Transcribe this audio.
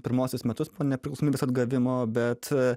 pirmuosius metus po nepriklausomybės atgavimo bet